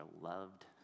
loved